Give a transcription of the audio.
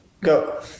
go